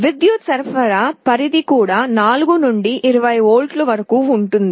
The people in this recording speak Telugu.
విద్యుత్ సరఫరా పరిధి కూడా 4 నుండి 20 వోల్ట్ల వరకు ఉంటుంది